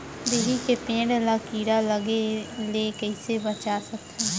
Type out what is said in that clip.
बिही के पेड़ ला कीड़ा लगे ले कइसे बचा सकथन?